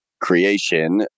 creation